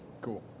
Cool